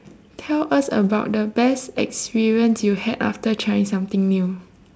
tell us about the best experience you had after trying something new